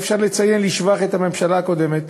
אפשר לציין לשבח את הממשלה הקודמת,